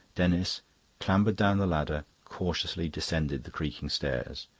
denis clambered down the ladder, cautiously descended the creaking stairs.